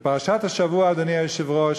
בפרשת השבוע, אדוני היושב-ראש,